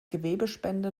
gewebespende